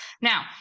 Now